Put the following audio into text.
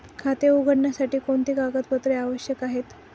खाते उघडण्यासाठी कोणती कागदपत्रे आवश्यक आहे?